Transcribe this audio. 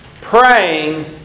praying